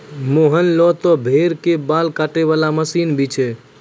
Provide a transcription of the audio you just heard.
मोहन लॅ त भेड़ के बाल काटै वाला मशीन भी छै